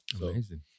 amazing